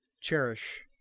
Cherish